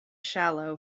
shallow